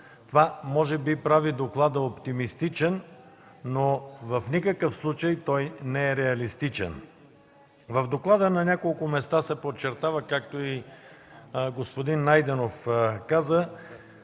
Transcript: Това може би прави доклада оптимистичен, но в никакъв случай той не е реалистичен. В доклада на няколко места се подчертава, както и господин Найденов каза,